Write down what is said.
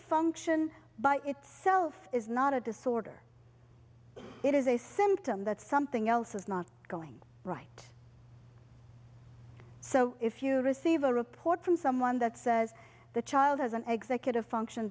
function by itself is not a disorder it is a symptom that something else is not going right so if you receive a report from someone that says the child has an executive function